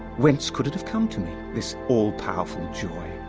whence could it have come to me this all-powerful joy?